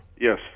Yes